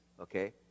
okay